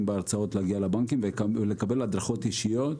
בהרצאות להגיע לבנקים ולקבל הדרכות אישיות,